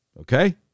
okay